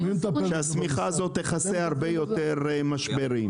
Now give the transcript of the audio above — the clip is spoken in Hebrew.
שהשמיכה הזאת תכסה הרבה יותר משברים.